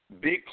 big